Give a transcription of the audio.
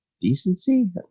decency